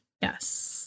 Yes